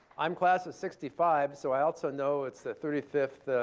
i'm class of sixty five, so i also know it's the thirty fifth